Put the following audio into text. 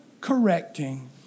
correcting